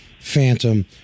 Phantom